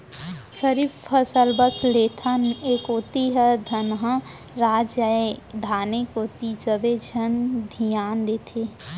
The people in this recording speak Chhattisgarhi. खरीफ फसल बस लेथन, ए कोती ह धनहा राज ए धाने कोती सबे झन धियान देथे